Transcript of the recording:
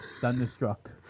thunderstruck